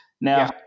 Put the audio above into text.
Now